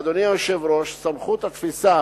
אדוני היושב-ראש, סמכות התפיסה